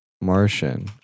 Martian